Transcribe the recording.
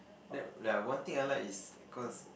that like one thing I like is cause